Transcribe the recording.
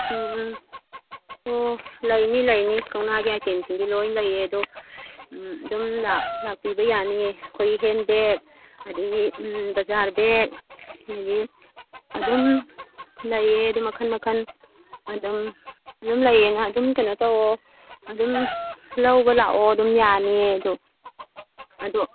ꯎꯝ ꯎꯝ ꯑꯣ ꯂꯩꯅꯤ ꯂꯩꯅꯤ ꯀꯧꯅꯥꯒꯤ ꯑꯥꯏꯇꯦꯝꯁꯤꯡꯗꯤ ꯂꯣꯏꯅ ꯂꯩꯌꯦ ꯑꯗꯣ ꯑꯗꯨꯝ ꯂꯥꯛꯄꯤꯕ ꯌꯥꯅꯤꯌꯦ ꯑꯩꯈꯣꯏ ꯍꯦꯟꯕꯦꯛ ꯑꯗꯨꯗꯒꯤ ꯕꯖꯥꯔ ꯕꯦꯛ ꯑꯗꯨꯗꯒꯤ ꯑꯗꯨꯝ ꯂꯩꯌꯦ ꯑꯗꯨꯝ ꯃꯈꯜ ꯃꯈꯜ ꯑꯗꯨꯝ ꯑꯗꯨꯝ ꯂꯩꯌꯦ ꯅꯪ ꯑꯗꯨꯝ ꯀꯩꯅꯣ ꯇꯧꯑꯣ ꯑꯗꯨꯝ ꯂꯧꯕ ꯂꯥꯛꯑꯣ ꯑꯗꯨꯝ ꯌꯥꯅꯤꯌꯦ ꯑꯗꯣ ꯑꯗꯣ